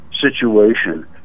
situation